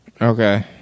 Okay